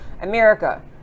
America